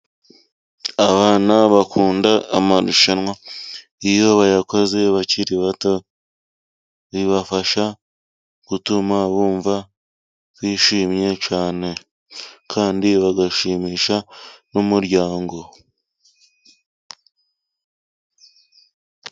Abana bakunda amarushanwa iyo bayakoze bakiri bato, bibafasha gutuma bumva bishimye cyane kandi bagashimisha n'umuryango.